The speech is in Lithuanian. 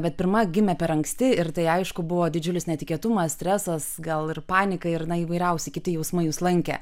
bet pirma gimė per anksti ir tai aišku buvo didžiulis netikėtumas stresas gal ir panika ir na įvairiausi kiti jausmai jus lankė